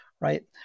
right